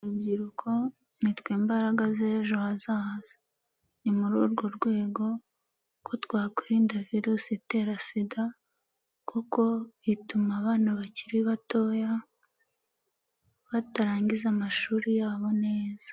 Urubyiruko nitwe mbaraga z'ejo hazaza, ni muri urwo rwego ko twakwirinda virusi itera sida kuko ituma abana bakiri batoya batarangiza amashuri yabo neza.